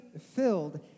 filled